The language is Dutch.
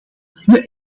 kunnen